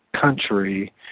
country